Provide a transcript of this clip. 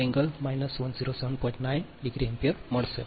9 ° ampere મળશે